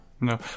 no